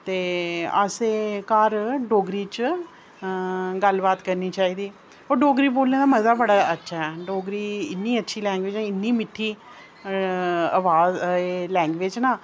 ते असें घर डोगरी च गल्ल बात करनी चाहिदी और डोगरी बोलने दा मजा बड़ा अच्छा ऐ डोगरी इन्नी अच्छी लैंग्जवेज ऐ इन्नी मिट्ठी आबाज लैंग्वेंज ना